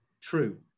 true